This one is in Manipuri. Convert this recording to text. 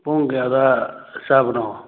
ꯄꯨꯡ ꯀꯌꯥꯗ ꯆꯥꯕꯅꯣ